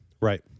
right